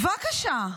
בבקשה.